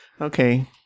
okay